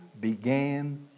began